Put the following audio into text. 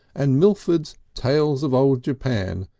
and mitford's tales of old japan,